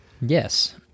Yes